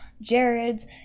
Jared's